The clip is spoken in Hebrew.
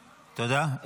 תודה.